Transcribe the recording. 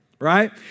Right